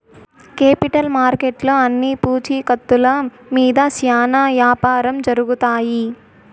capital మార్కెట్లో అన్ని పూచీకత్తుల మీద శ్యానా యాపారం జరుగుతాయి